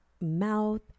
mouth